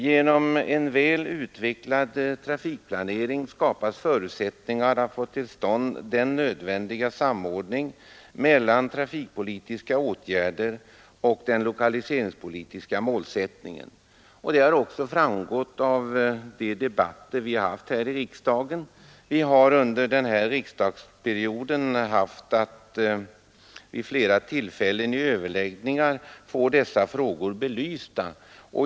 Genom en väl utvecklad trafikplanering skapas förutsättningar att få till stånd den nödvändiga samordningen mellan trafikpolitiska åtgärder och den lokaliseringspolitiska målsättningen. Detta har också framgått av de debatter vi har haft här i riksdagen. Vi har under denna riksdagsperiod i överläggningar vid flera tillfällen fått dessa frågor belysta.